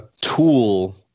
tool